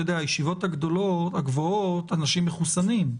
אתה יודע, הישיבות הגבוהות, אנשים מחוסנים,